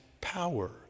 power